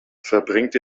verbringt